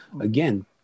Again